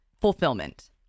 fulfillment